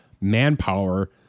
manpower